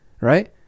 right